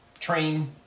train